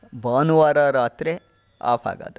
ಭಾನುವಾರ ರಾತ್ರಿ ಆಫ್ ಆಗೋದು